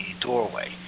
doorway